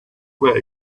were